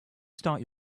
start